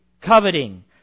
coveting